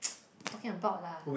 talking about lah